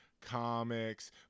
comics